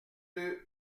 deux